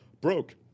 broke